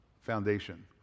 Foundation